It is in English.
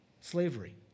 slavery